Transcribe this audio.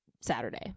saturday